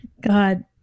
God